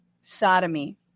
Sodomy